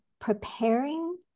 preparing